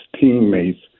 teammates